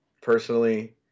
personally